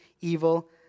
evil